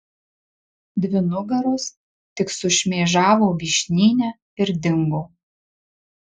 dvi nugaros tik sušmėžavo vyšnyne ir dingo